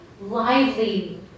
lively